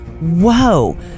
Whoa